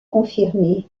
confirmé